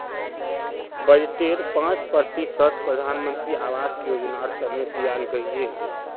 बजटेर पांच प्रतिशत प्रधानमंत्री आवास योजनार तने दियाल गहिये